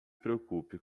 preocupe